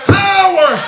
power